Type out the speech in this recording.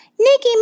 Nikki